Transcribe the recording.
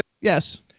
Yes